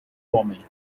homem